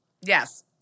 Yes